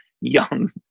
young